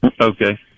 okay